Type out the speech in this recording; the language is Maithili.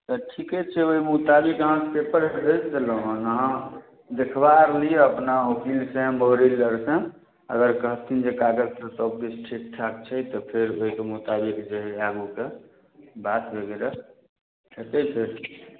तऽ ठीके छै ओहि मोताबिक अहाँ पेपर भेज देलहुँ हेँ अहाँ देखबा लिअ अपना वकीलसँ मोहरिरसँ अगर कहथिन जे कागजसभ सभकिछु ठीक ठाक छै तऽ फेर ओहिके मोताबिक जे आगूके बात वगैरह हेतै फेर